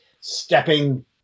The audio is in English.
stepping